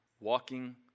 walking